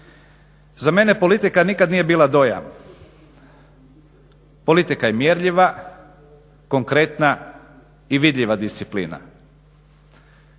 Za mene politika nikad nije bila dojam ,politika je mjerljiva, konkretna i vidljiva disciplina.